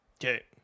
Okay